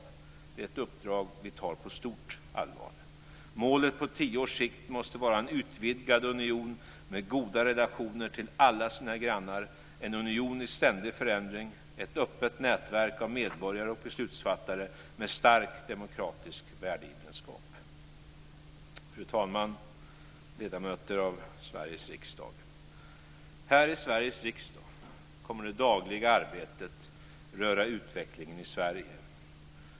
Det är ett uppdrag vi tar på stort allvar. Målet på tio års sikt måste vara en utvidgad union med goda relationer till alla sina grannar, en union i ständig förändring, ett öppet nätverk av medborgare och beslutsfattare med stark demokratisk värdegemenskap. Fru talman, ledamöter av Sveriges riksdag! Här i Sveriges riksdag kommer det dagliga arbetet att röra utvecklingen i Sverige.